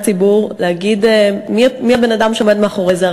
ציבור ולהגיד מי האדם שעומד מאחורי זה.